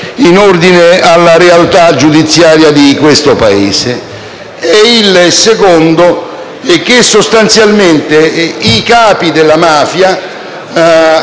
in ordine alla realtà giudiziaria di questo Paese. La seconda è che, sostanzialmente, i capi della mafia